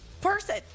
person